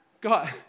God